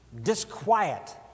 disquiet